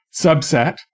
subset